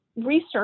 research